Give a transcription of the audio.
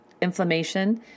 inflammation